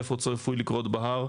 איפה צפוי לקרות בהר,